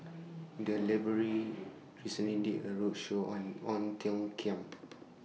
The Library recently did A roadshow on Ong Tiong Khiam